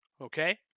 Okay